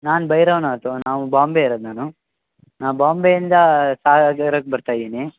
ನಾನು ಭೈರವ್ ನಾಥ್ ನಾವು ಬಾಂಬೆ ಇರೋದು ನಾನು ಹಾಂ ಬಾಂಬೆಯಿಂದ ಸಾಗರಕ್ಕೆ ಬರ್ತಾ ಇದ್ದೀನಿ